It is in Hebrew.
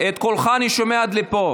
את קולך אני שומע עד לפה.